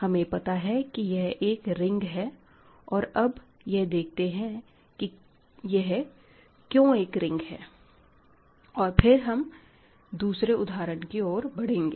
हमें पता है कि यह एक रिंग है और अब यह देखते हैं कि यह क्यों एक रिंग है और फिर हम दूसरे उदाहरण की ओर बढ़ेंगे